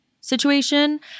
situation